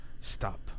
stop